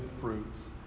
fruits